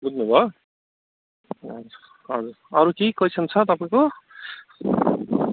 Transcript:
बुझ्नुभयो हजुर अरू केही क्वैसन छ तपाईँको